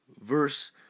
verse